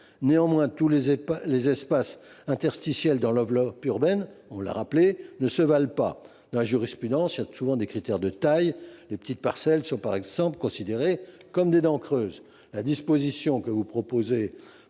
Néanmoins, tous les espaces interstitiels dans l’enveloppe urbaine ne se valent pas. La jurisprudence fait souvent valoir des critères de taille. Les petites parcelles sont par exemple considérées comme des dents creuses. La disposition que vous proposez